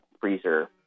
freezer